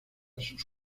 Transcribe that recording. sus